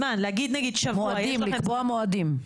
מועדים, לקבוע מועדים.